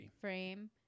frame